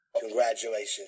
Congratulations